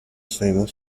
senos